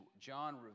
John